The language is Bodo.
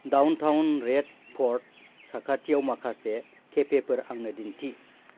दाउनटाउन रेडफर्ट साखाथियाव माखासे केफेफोर आंनो दिन्थि